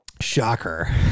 Shocker